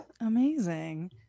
Amazing